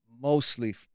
mostly